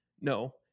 no